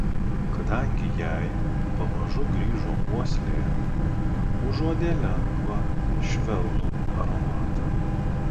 kadangi jai pamažu grįžo uoslė užuodė lengvą švelnų aromatą